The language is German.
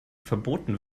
verboten